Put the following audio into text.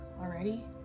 already